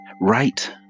right